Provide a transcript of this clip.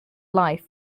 life